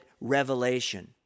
revelation